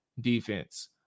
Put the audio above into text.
defense